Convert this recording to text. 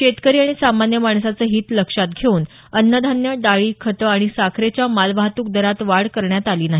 शेतकरी आणि सामान्य माणसाचं हित लक्षात घेऊन अन्नधान्य डाळी खतं आणि साखरेच्या मालवाहतूक दरात वाढ करण्यात आली नाही